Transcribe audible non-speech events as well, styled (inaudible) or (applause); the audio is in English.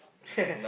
(laughs)